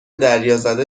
دریازده